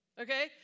Okay